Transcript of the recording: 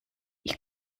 ich